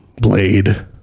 blade